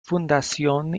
fundación